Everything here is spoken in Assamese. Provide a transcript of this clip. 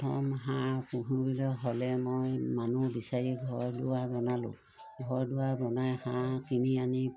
প্ৰথম হাঁহ পুহিবলৈ হ'লে মই মানুহ বিচাৰি ঘৰ দুৱাৰ বনালোঁ ঘৰ দুৱাৰ বনাই হাঁহ কিনি আনি